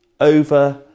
over